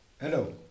Hello